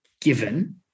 given